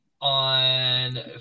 on